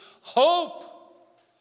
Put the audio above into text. hope